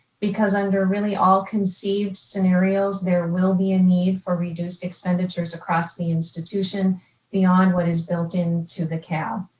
because under really all conceived scenarios, there will be a need for reduced expenditures across the institution beyond what is built into the cab.